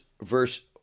verse